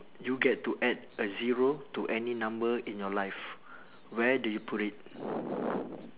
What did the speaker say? you get to add a zero to any number in your life where do you put it